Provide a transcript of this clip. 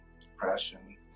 depression